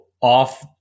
off